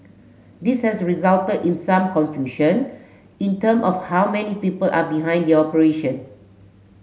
this has resulted in some confusion in term of how many people are behind the operation